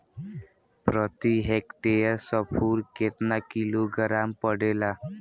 प्रति हेक्टेयर स्फूर केतना किलोग्राम पड़ेला?